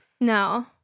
No